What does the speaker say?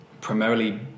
primarily